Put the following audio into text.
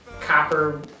copper